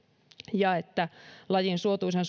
ja että lajin suotuisan